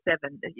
seven